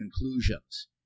conclusions